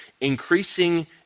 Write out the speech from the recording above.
increasing